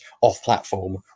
off-platform